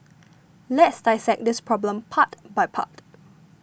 let's dissect this problem part by part